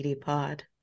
Pod